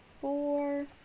four